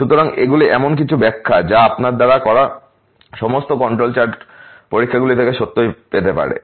সুতরাং এগুলি এমন কিছু ব্যাখ্যা যা আপনার দ্বারা করা সমস্ত কন্ট্রোল চার্ট পরীক্ষাগুলি থেকে সত্যই পেতে পারে